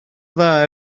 dda